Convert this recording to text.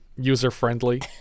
user-friendly